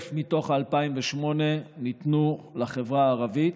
1,000 מתוך ה-2,008 ניתנו לחברה הערבית.